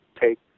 take